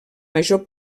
major